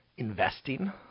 Investing